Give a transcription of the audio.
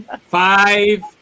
Five